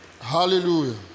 Hallelujah